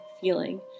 feeling